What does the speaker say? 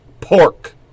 pork